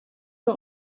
nur